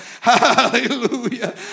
Hallelujah